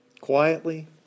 quietly